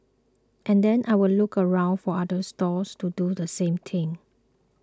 and then I'll look around for other stalls to do the same thing